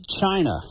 China